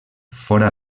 fora